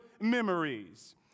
memories